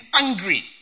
angry